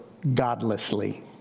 godlessly